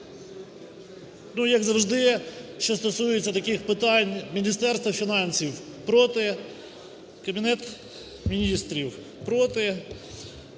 як завжди, що стосується таких питань, Міністерство фінансів проти, Кабінет Міністрів проти.